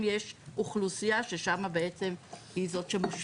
יש אוכלוסייה ששם בעצם היא זאת שמושפעת.